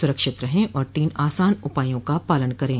सुरक्षित रहें और तीन आसान उपायों का पालन करें